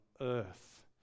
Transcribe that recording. earth